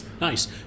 nice